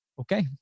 okay